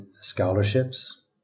scholarships